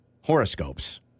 horoscopes